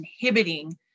inhibiting